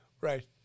Right